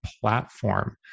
platform